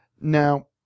Now